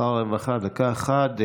שר הרווחה, דקה אחת.